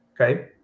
okay